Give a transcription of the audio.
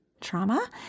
trauma